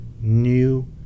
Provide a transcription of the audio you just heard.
new